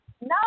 No